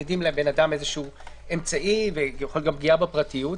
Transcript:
שמצמידים לבן אדם איזשהו אמצעי ויכול להיות גם פגיעה בפרטיות.